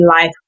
life